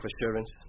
assurance